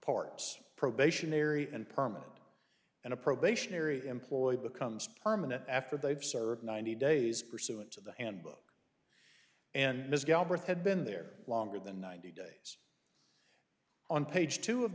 parts probationary and permanent and a probationary employee becomes permanent after they've served ninety days pursuant to the handbook and is galbreath had been there longer than ninety days on page two of